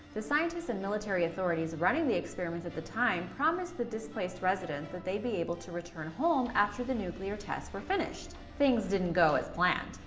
the scientists and military authorities running the experiments at the time promised the displaced residents that they'd be able to return home after the nuclear tests were finished. things didn't go as planned.